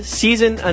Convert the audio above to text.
season